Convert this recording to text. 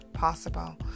possible